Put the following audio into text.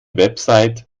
website